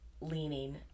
leaning